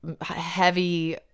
heavy